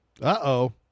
Uh-oh